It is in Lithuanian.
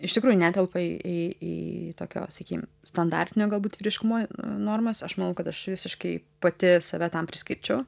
iš tikrųjų netelpa į į tokio sakykim standartinio galbūt vyriškumo normas aš manau kad aš visiškai pati save tam priskirčiau